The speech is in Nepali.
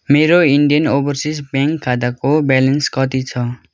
मेरो इन्डियन ओभरसिज ब्याङ्क खाताको ब्यालेन्स कति छ